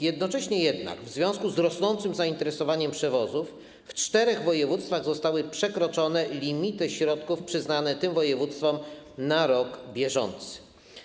Jednocześnie jednak w związku z rosnącym zainteresowaniem przewozów w czterech województwach zostały przekroczone limity środków przyznane tym województwom na rok bieżący.